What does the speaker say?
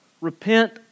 repent